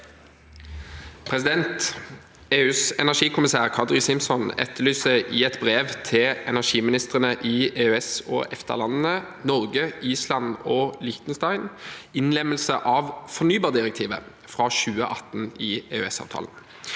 EUs energikommissær, Kadri Simson, etterlyser i et brev til energiministrene i EØS-/EFTA-landene Norge, Island og Liechtenstein innlemmelse av fornybardirektivet fra 2018 i EØS-avtalen.